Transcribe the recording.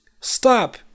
Stop